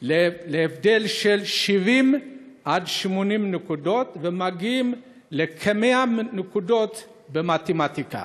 להבדל של 70 עד 80 נקודות ומגיעים לכ-100 נקודות במתמטיקה,